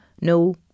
no